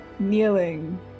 kneeling